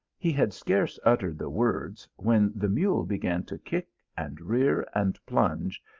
he had scarce uttered the words, when the mule began to kick and rear and plunge,